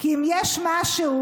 כי אם יש משהו,